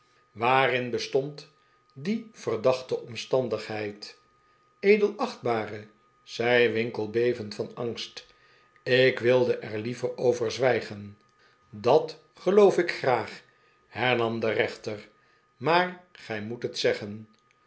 waarin bestond die verdachte omstandigheid edelachtbare zei winkle beyend van angst ik wilde er liever over zwijgen dat geloof ik graag hernam de rechter maar gij moet het zeggen